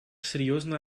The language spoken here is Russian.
серьезно